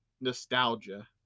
Nostalgia